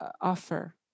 offer